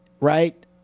Right